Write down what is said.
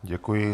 Děkuji.